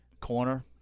corner